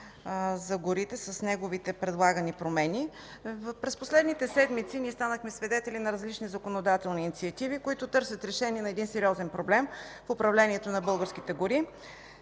за горите с неговите предлагани промени. През последните седмици станахме свидетели на различни законодателни инициативи, които търсят решение на един сериозен проблем в управлението на българските гори.